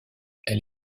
elle